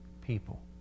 people